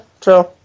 true